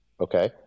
Okay